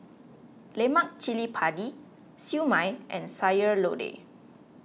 Lemak Cili Padi Siew Mai and Sayur Lodeh